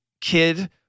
kid